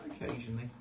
Occasionally